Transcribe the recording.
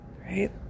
Right